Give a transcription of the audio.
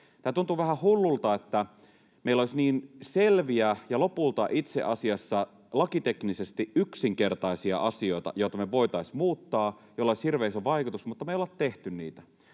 tämä tuntuu vähän hullulta, että meillä olisi niin selviä ja lopulta itse asiassa lakiteknisesti yksinkertaisia asioita, joita me voisimme muuttaa, joilla olisi hirveän iso vaikutus, mutta me emme ole tehneet niitä.